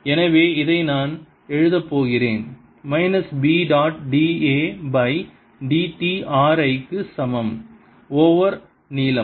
எனவே இதை நான் எழுதப் போகிறேன் minus b dot d a by d t r I க்கு சமம் ஓவர் நீளம்